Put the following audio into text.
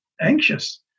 anxious